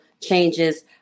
changes